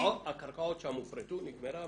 הקרקעות שם הופרטו, נגמרה המריבה?